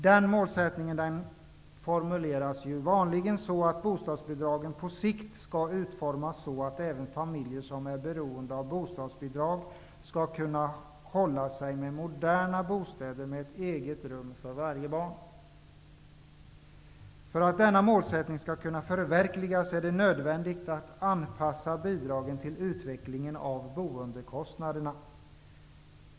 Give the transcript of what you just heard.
Den målsättningen formuleras vanligen så att bostadsbidragen på sikt skall utformas så, att även familjer som är beroende av bostadsbidrag skall kunna hålla sig med moderna bostäder, med ett eget rum för varje barn. För att denna målsättning skall kunna förverkligas är det nödvändigt att anpassa bidragen till utvecklingen av boendekostnaderna.